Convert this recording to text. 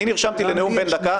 אני נרשמתי לנאום בין דקה.